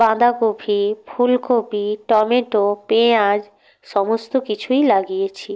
বাঁধাকপি ফুলকপি টমেটো পেঁয়াজ সমস্ত কিছুই লাগিয়েছি